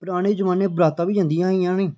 पराने जमानै च बरातां बी जंदियां हियां निं